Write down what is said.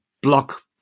block